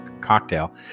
cocktail